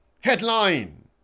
headline